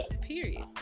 period